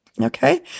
Okay